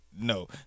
No